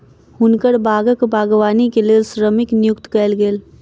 हुनकर बागक बागवानी के लेल श्रमिक नियुक्त कयल गेल